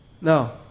No